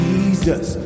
Jesus